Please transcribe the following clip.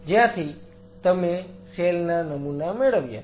જ્યાંથી તમે સેલ ના નમૂના મેળવ્યા છે